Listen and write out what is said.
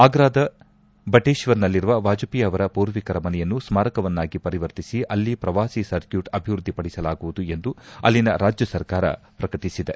ಆಗ್ರಾದ ಬಟೇಶ್ವರ್ನಲ್ಲಿರುವ ವಾಜಪೇಯಿ ಅವರ ಪೂರ್ವಿಕರ ಮನೆಯನ್ನು ಸ್ವಾರಕವನ್ನಾಗಿ ಪರಿವರ್ತಿಸಿ ಅಲ್ಲಿ ಪ್ರವಾಸಿ ಸರ್ಕ್ಕೂಟ್ ಅಭಿವೃದ್ಧಿ ಪಡಿಸಲಾಗುವುದು ಎಂದು ಅಲ್ಲಿನ ರಾಜ್ಯ ಸರ್ಕಾರ ಪ್ರಕಟಿಸಿದೆ